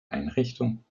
einrichtung